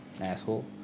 asshole